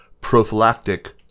prophylactic